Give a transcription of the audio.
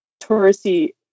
touristy